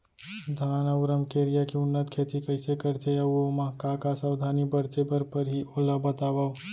धान अऊ रमकेरिया के उन्नत खेती कइसे करथे अऊ ओमा का का सावधानी बरते बर परहि ओला बतावव?